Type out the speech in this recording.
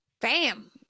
bam